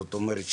זאת אומרת,